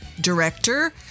director